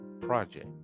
project